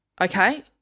Okay